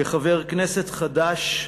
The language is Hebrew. כחבר כנסת חדש,